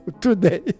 Today